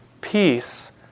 Peace